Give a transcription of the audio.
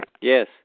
Yes